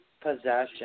Possession